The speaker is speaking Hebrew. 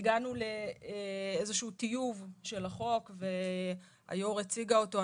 הגענו לאיזשהו טיוב של החוק, והיו"ר הציגה אותו.